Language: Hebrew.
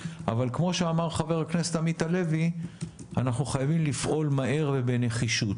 אבל כמו שאמר חבר הכנסת עמית הלוי אנחנו חייבים לפעול מהר ובנחישות,